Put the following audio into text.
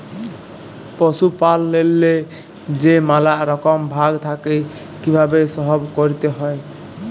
পশুপাললেল্লে যে ম্যালা রকম ভাগ থ্যাকে কিভাবে সহব ক্যরতে হয়